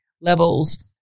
levels